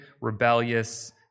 rebellious